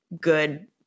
good